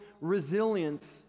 resilience